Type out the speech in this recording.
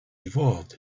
evolved